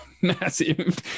massive